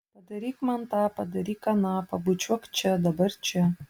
padaryk man tą padaryk aną pabučiuok čia dabar čia